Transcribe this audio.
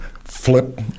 flip